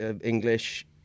English